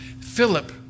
Philip